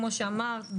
כפי שאמרת,